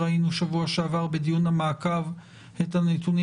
ראינו שבוע שעבר בדיון המעקב את הנתונים